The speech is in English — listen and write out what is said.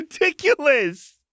ridiculous